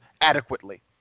adequately